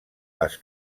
les